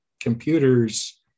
computers